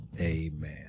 Amen